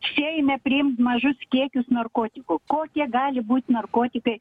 seime priimt mažus kiekius narkotikų kokie gali būt narkotikai